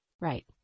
Right